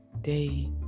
day